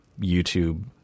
YouTube